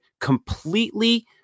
completely